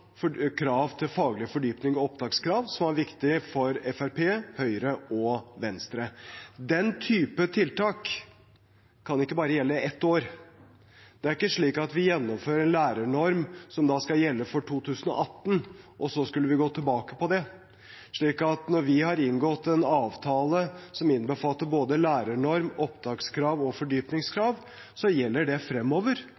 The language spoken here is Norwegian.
og krav til faglig fordypning og opptakskrav, som var viktig for Fremskrittspartiet, Høyre og Venstre. Den type tiltak kan ikke gjelde for bare ett år. Det er ikke slik at vi gjennomfører en lærernorm som skal gjelde for 2018, og så skulle vi gått tilbake på det. Når vi har inngått en avtale som innbefatter både lærernorm, opptakskrav og